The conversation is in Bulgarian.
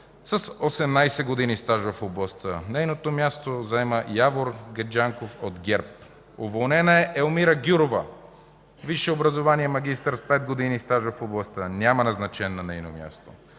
с 18 години стаж в областта. Нейното място заема Явор Гаджанков от ГЕРБ. Уволнена е Елмира Гюрова – висше образование, магистър, с 5 години стаж в областта. Няма назначен на нейно място.